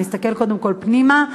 שנסתכל קודם כול פנימה,